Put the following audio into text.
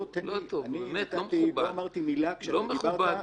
אני לא אמרתי מילה כשאתה דיברת,